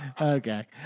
Okay